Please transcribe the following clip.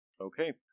Okay